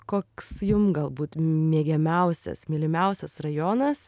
koks jum galbūt mėgiamiausias mylimiausias rajonas